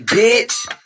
Bitch